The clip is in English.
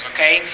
Okay